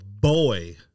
boy